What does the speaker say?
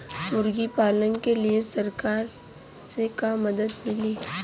मुर्गी पालन के लीए सरकार से का मदद मिली?